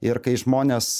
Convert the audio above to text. ir kai žmonės